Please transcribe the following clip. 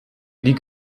die